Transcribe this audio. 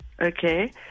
Okay